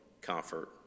comfort